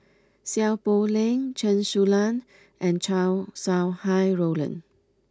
Seow Poh Leng Chen Su Lan and Chow Sau Hai Roland